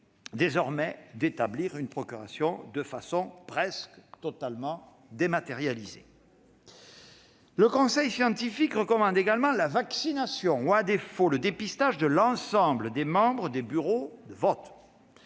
permet d'établir une procuration de façon presque totalement dématérialisée. Le conseil scientifique recommande également la vaccination ou, à défaut, le dépistage de l'ensemble des membres des bureaux de vote.